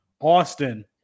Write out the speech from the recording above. Austin